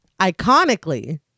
iconically